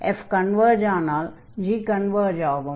f converge ஆனால் g converge ஆகும்